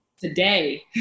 Today